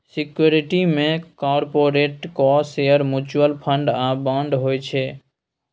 security मे कारपोरेटक share, mutual fund आ बांड होइ छै